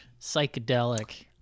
psychedelic